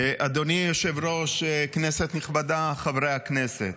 אדוני היושב-ראש, כנסת נכבדה, חברי הכנסת,